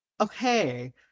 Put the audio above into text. Okay